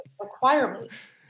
requirements